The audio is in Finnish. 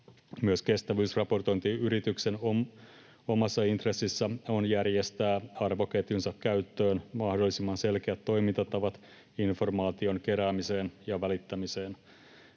Myös kestävyysraportointiyrityksen omassa intressissä on järjestää arvoketjunsa käyttöön mahdollisimman selkeät toimintatavat informaation keräämiseen ja välittämiseen.